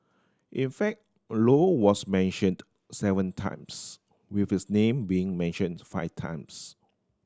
in fact a Low was mentioned seven times with his name being mentioned five times